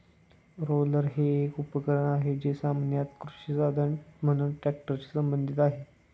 roller हे एक उपकरण आहे, जे सामान्यत कृषी साधन म्हणून ट्रॅक्टरशी संबंधित आहे